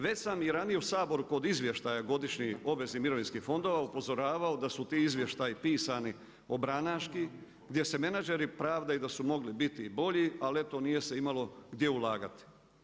Već sam i ranije u Saboru kod izvještaja godišnjih obveznih mirovinskih fondova upozoravao da su ti izvještaji pisani obranaški, gdje se menadžeri pravdaju da su mogli biti i bolji, al eto nije se imalo gdje ulagati.